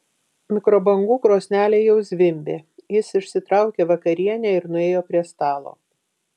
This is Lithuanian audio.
mikrobangų krosnelė jau zvimbė jis išsitraukė vakarienę ir nuėjo prie stalo